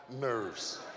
nerves